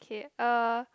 k uh